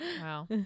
Wow